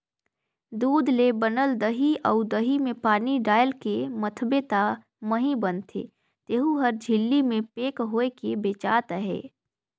दूद ले बनल दही अउ दही में पानी डायलके मथबे त मही बनथे तेहु हर झिल्ली में पेक होयके बेचात अहे